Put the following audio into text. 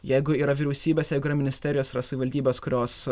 jeigu yra vyriausybėse jeigu yra ministerijos yra savivaldybės kurios